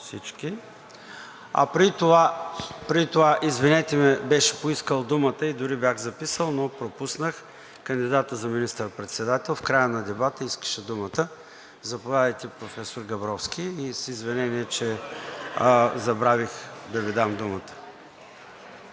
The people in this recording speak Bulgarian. залата. Преди това, извинете ме, беше поискал думата и дори си бях записал, но пропуснах – кандидатът за министър-председател в края на дебата искаше думата. Заповядайте, професор Габровски, с извинение, че забравих да Ви дам думата.